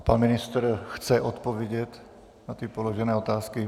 A pan ministr chce odpovědět na položené otázky.